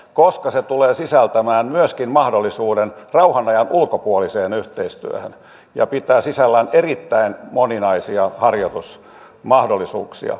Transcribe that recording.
koska se tulee sisältämään myöskin mahdollisuuden rauhan ajan ulkopuoliseen yhteistyöhön näillä lapsilla oli usein päihde tai mielenterveysongelmia